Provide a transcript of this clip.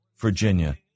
Virginia